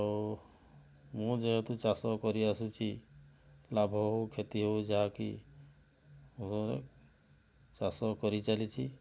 ଆଉ ମୁଁ ଯେହେତୁ ଚାଷ କରିଆସିଛି ଲାଭ ହେଉ କ୍ଷତି ହେଉ ଯାହାକି ମୁଁ ଚାଷ କରିଚାଲିଛି